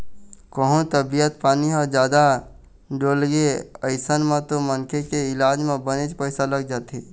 कहूँ तबीयत पानी ह जादा डोलगे अइसन म तो मनखे के इलाज म बनेच पइसा लग जाथे